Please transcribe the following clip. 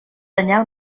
danyar